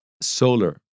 solar